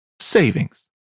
savings